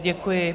Děkuji.